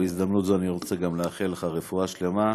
בהזדמנות זו אני גם רוצה לאחל לך רפואה שלמה.